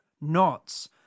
knots